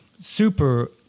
super